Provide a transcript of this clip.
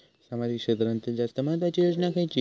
सामाजिक क्षेत्रांतील जास्त महत्त्वाची योजना खयची?